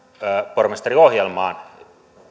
pormestariohjelmaan